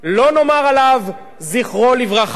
לא נאמר עליו "זכרו לברכה",